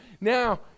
now